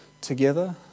together